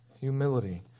Humility